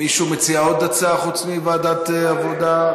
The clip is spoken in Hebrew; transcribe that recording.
מישהו מציע עוד הצעה מלבד ועדת העבודה,